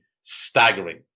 staggering